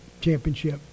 championship